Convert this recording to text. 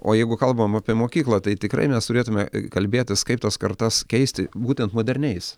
o jeigu kalbam apie mokyklą tai tikrai mes turėtume kalbėtis kaip tas kartas keisti būtent moderniais